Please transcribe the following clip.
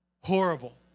horrible